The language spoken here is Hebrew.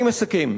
אני מסכם.